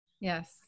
Yes